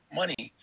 money